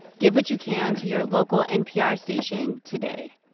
give what you can to your local npr station today.